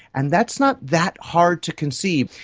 and that's not that hard to conceive.